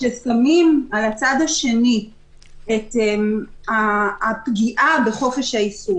כשמעמידים מול זה את הפגיעה בחופש העיסוק